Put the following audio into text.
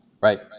Right